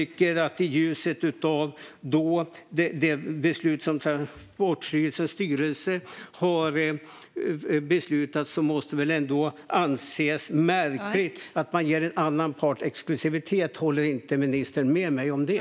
I ljuset av det beslut som Transportstyrelsens styrelse har fattat måste det väl ändå anses märkligt att man ger en annan part exklusivitet. Håller inte ministern med mig om det?